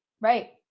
right